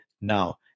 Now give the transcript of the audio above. now